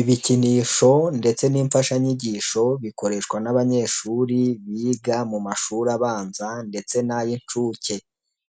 Ibikinisho ndetse n'imfashanyigisho, bikoreshwa n'abanyeshuri biga mu mashuri abanza ndetse n'ay'inshuke.